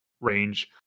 range